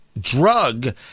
drug